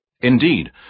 Indeed